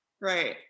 Right